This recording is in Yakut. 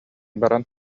баран